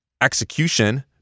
execution